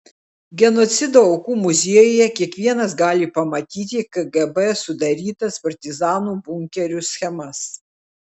genocido aukų muziejuje kiekvienas gali pamatyti kgb sudarytas partizanų bunkerių schemas